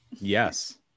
Yes